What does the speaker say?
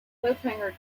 cliffhanger